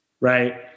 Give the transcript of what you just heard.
Right